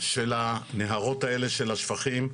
של הנהרות האלה, של השפכים,